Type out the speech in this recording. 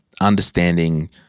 understanding